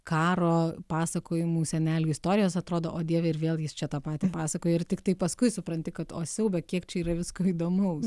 karo pasakojimų senelių istorijos atrodo o dieve ir vėl jis čia tą patį pasakoja ir tiktai paskui supranti kad o siaube kiek čia yra visko įdomaus